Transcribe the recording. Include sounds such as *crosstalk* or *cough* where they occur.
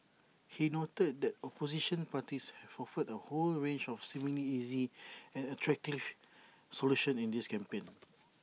he noted that opposition parties have offered A whole range of *noise* seemingly easy and *noise* attractive *noise* solutions in this campaign *noise*